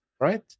right